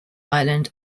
island